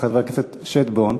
חבר הכנסת שטבון: